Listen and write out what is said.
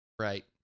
Right